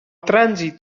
trànsit